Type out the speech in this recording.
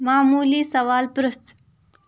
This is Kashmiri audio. معموٗلی سوال پِرٛژھ